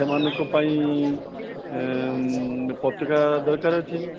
ସେମାନଙ୍କ ପାଇଁ ପତକା ଦରକାର ଅଛି